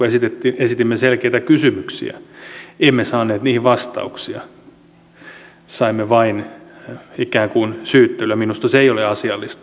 kun esitimme selkeitä kysymyksiä emme saaneet niihin vastauksia saimme vain ikään kuin syyttelyä ja minusta se ei ole asiallista